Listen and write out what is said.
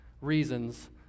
reasons